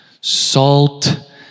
salt